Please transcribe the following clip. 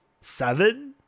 seven